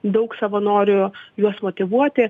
daug savanorių juos motyvuoti